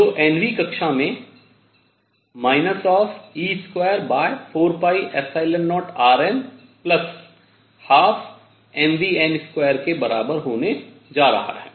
जो n वी कक्षा में e240rn 12mvn2 के बराबर होने जा रहा है